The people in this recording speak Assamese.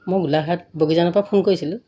মই গোলাঘাট বগিজানৰপৰা ফোন কৰিছিলোঁ